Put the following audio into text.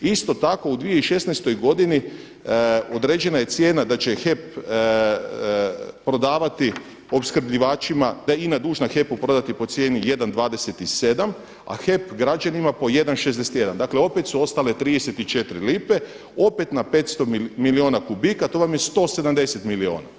Isto tako u 2016. godini određena je cijena da će HEP prodavati opskrbljivačima, da je INA dužna HEP-u prodati po cijeni 1,27 a HEP građanima po 1,61, dakle opet su ostale 34 lipe, opet na 500 milijuna kubika, to vam je 170 milijuna.